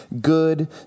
Good